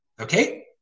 Okay